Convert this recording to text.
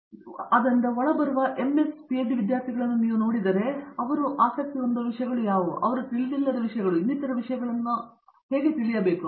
ಪ್ರತಾಪ್ ಹರಿಡೋಸ್ ಆದ್ದರಿಂದ ಒಳಬರುವ ಎಂಎಸ್ ಪಿಹೆಚ್ಡಿ ವಿದ್ಯಾರ್ಥಿಗಳನ್ನು ನೀವು ನೋಡಿದರೆ ಮತ್ತು ಅವರು ಆಸಕ್ತಿ ಹೊಂದಿರುವ ವಿಷಯಗಳು ಅವರು ತಿಳಿದಿಲ್ಲದ ವಿಷಯಗಳು ಮತ್ತು ಇನ್ನಿತರ ವಿಷಯಗಳನ್ನು ನಿಮಗೆ ತಿಳಿಸುತ್ತಾರೆ